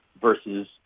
versus